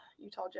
Utah